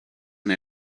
and